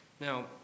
Now